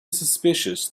suspicious